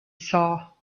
saw